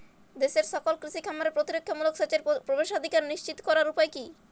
দেশের সকল কৃষি খামারে প্রতিরক্ষামূলক সেচের প্রবেশাধিকার নিশ্চিত করার উপায় কি?